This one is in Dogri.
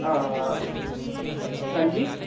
हां हां जी